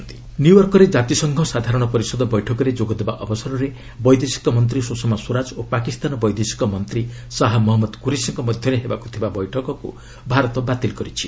India Pakistan ନ୍ୟୁୟର୍କରେ କାତିସଂଘ ସାଧାରଣ ପରିଷଦ ବୈଠକରେ ଯୋଗଦେବା ଅବସରରେ ବୈଦେଶିକ ମନ୍ତ୍ରୀ ସୁଷମା ସ୍ୱରାଜ ଓ ପାକିସ୍ତାନ ବୈଦେଶିକ ମନ୍ତ୍ରୀ ଶାହା ମହମ୍ମଦ କୁରେସିଙ୍କ ମଧ୍ୟରେ ହେବାକୁ ଥିବା ବୈଠକକୁ ଭାରତ ବାତିଲ୍ କରିଛି